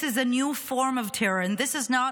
This is a new form of terror, and this is not